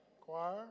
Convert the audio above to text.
Choir